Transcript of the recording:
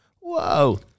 Whoa